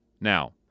Now